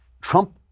Trump